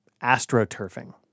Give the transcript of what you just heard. AstroTurfing